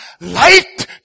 light